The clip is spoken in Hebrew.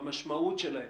במשמעות שלהם,